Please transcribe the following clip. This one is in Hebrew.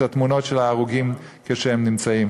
את התמונות של ההרוגים כאשר הם נמצאים.